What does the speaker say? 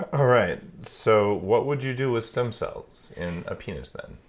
all right, so what would you do with stem cells in a penis, then?